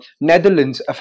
Netherlands